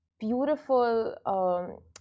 beautiful